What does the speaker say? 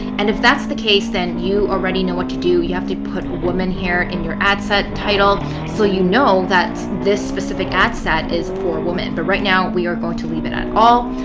and if that's the case, you already know what to do. you have to put women here in your ad set title. so you know that's this specific ad set is for women. but right now, we're going to leave it at all.